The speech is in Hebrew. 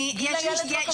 גיל הילד לא קשור.